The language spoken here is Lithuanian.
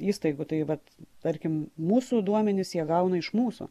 įstaigų tai vat tarkim mūsų duomenis jie gauna iš mūsų